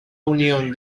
unión